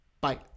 Bye